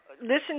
listen